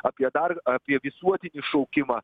apie dar apie visuotinį šaukimą